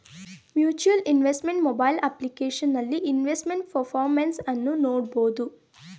mutual investment mobile ಅಪ್ಲಿಕೇಶನಲ್ಲಿ investment performance ಅನ್ನು ನೋಡ್ಬೋದು